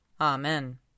Amen